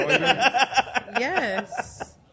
Yes